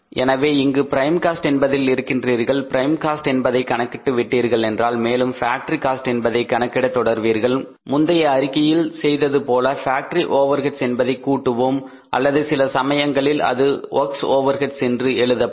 எனவே இங்கு prime cost என்பதில் இருக்கின்றீர்கள் ப்ரைம் காஸ்ட் என்பதை கணக்கிட்டுவிட்டீர்கள் என்றால் மேலும் ஃபேக்டரி காஸ்ட் என்பதை கணக்கிட தொடர்வீர்கள் முந்தைய அறிக்கையில் செய்தது போல ஃபேக்டரி ஓவர் ஹெட்ஸ் என்பதை கூட்டுவோம் அல்லது சில சமயங்களில் அது ஒர்க்ஸ் ஓவர்ஹெட்ஸ் என்று எழுதப்படும்